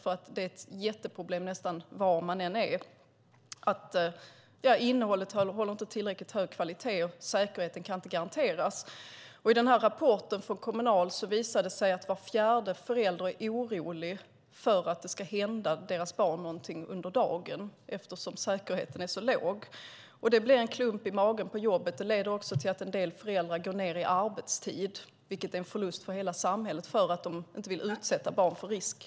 Det är ett jätteproblem nästan oberoende av var man bor. Innehållet har helt enkelt inte tillräckligt hög kvalitet, och säkerheten kan inte garanteras. Enligt rapporten från Kommunal är var fjärde förälder orolig för att det ska hända deras barn någonting under dagen, detta just för att säkerheten är så låg. Det gör att man har en klump i magen när man är på jobbet. Det leder till att en del föräldrar går ned i arbetstid, vilket är en förlust för hela samhället, eftersom de inte vill utsätta barnet för den risken.